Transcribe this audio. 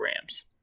Rams